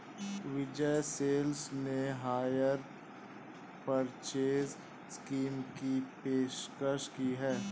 विजय Sales ने hire purchase scheme की पेशकश की हैं